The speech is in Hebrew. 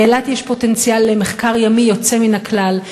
באילת יש פוטנציאל למחקר ימי יוצא מן הכלל,